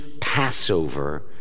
Passover